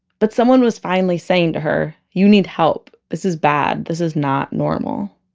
but someone was finally saying to her you need help. this is bad this is not normal